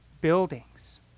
buildings